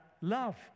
love